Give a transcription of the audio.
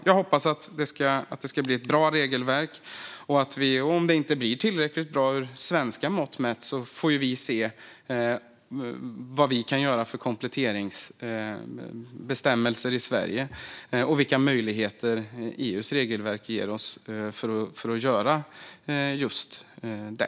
Jag hoppas att det ska bli ett bra regelverk. Om det inte blir tillräckligt bra med svenska mått mätt får vi se vad vi kan göra för kompletteringsbestämmelser i Sverige och vilka möjligheter EU:s regelverk ger oss för att göra just det.